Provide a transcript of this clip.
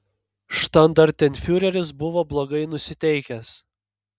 štandartenfiureris buvo blogai nusiteikęs